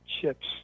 chips